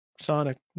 Sonic